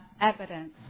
evidence